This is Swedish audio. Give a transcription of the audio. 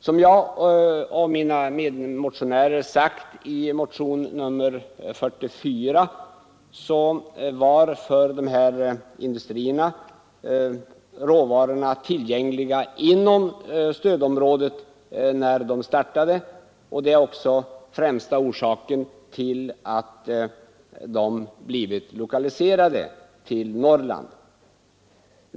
Som mina medmotionärer och jag framhållit i motionen 44 var råvarorna tillgängliga inom stödområdet för dessa industrier när de startade verksamheten, och detta är också främsta orsaken till att de en gång har blivit lokaliserade till Norrland.